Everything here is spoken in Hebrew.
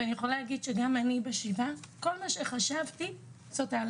אני יכולה להגיד שבשבעה כל מה שחשבתי זה על